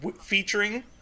featuring